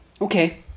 Okay